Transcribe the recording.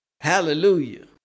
Hallelujah